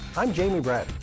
i'm jamie bratten,